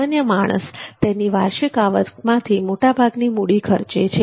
સામાન્ય માણસ તેની વાર્ષિક આવક માંથી મોટા ભાગની મૂડી ખર્ચે છે